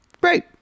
Great